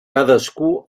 cadascú